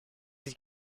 sich